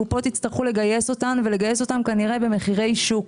הקופות יצטרכו לגייס אותם כנראה במחירי שוק.